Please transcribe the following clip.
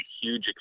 huge